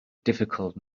difficult